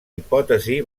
hipòtesi